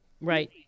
Right